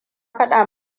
faɗa